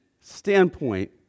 standpoint